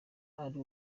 ari